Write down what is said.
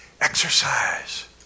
exercise